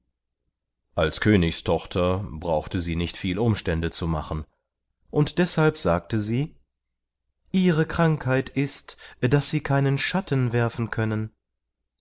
als königstochter brauchte sie nicht viel umstände zu machen und deshalb sagte sie ihre krankheit ist daß sie keinen schatten werfen können